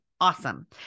awesome